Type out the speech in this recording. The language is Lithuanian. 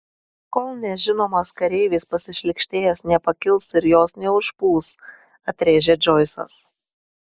kol nežinomas kareivis pasišlykštėjęs nepakils ir jos neužpūs atrėžė džoisas